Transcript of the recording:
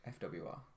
FWR